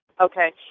Okay